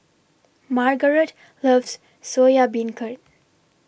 Margaret loves Soya Beancurd